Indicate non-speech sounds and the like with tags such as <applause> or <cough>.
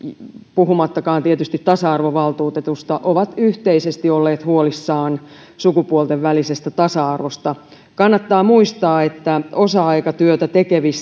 puhumattakaan tietysti tasa arvovaltuutetusta ovat yhteisesti olleet huolissaan sukupuolten välisestä tasa arvosta kannattaa muistaa että osa aikatyötä tekeviä <unintelligible>